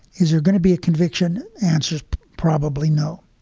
is there going to be a conviction? answer probably no,